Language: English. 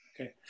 Okay